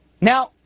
Now